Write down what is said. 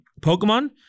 Pokemon